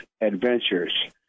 Adventures